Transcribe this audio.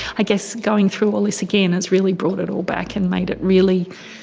i guess going through all this again it's really brought it all back and made it really.